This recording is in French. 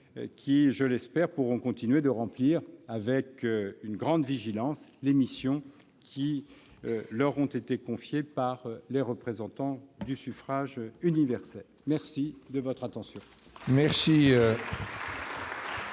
qui, je l'espère, pourront continuer de remplir avec une grande vigilance les missions que leur ont confiées les représentants du suffrage universel. Monsieur le Premier